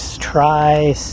try